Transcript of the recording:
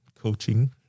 coaching